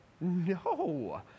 No